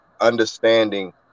understanding